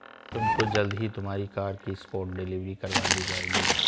तुमको जल्द ही तुम्हारी कार की स्पॉट डिलीवरी करवा दी जाएगी